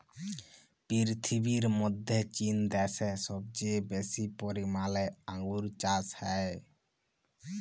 পীরথিবীর মধ্যে চীন দ্যাশে সবচেয়ে বেশি পরিমালে আঙ্গুর চাস হ্যয়